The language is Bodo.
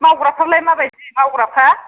मावग्राफ्रालाय माबायदि मावग्राफ्रा